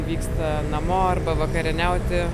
vyksta namo arba vakarieniauti